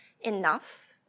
enough